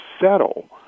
settle